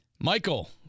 Michael